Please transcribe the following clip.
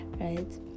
right